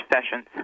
Sessions